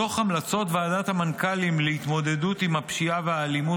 בדוח המלצות ועדת המנכ"לים להתמודדות עם הפשיעה והאלימות